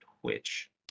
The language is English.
Twitch